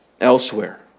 elsewhere